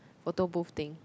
photo booth thing